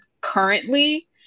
currently